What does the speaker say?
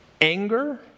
anger